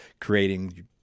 creating